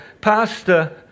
pastor